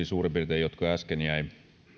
suurin piirtein niihin kysymyksiin jotka äsken jäivät